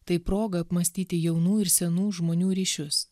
tai proga apmąstyti jaunų ir senų žmonių ryšius